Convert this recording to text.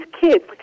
kids